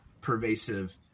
pervasive